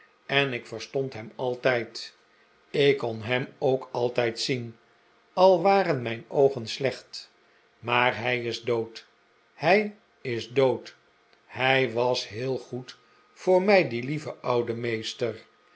en ik verstond hem altijd ik kon hem ook altijd zien al waren mijn oogen slecht maar hij is dood hij is dood hij was heel goed voor mij die lieve oude meester